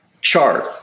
chart